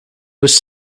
was